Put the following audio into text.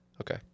okay